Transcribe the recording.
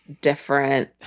different